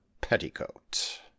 petticoat